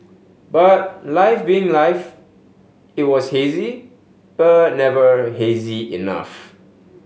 but life being life it was hazy but never hazy enough